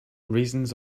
raisins